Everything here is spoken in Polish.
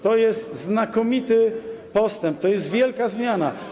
To jest znakomity postęp, to jest wielka zmiana.